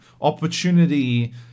opportunity